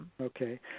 Okay